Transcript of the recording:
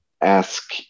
ask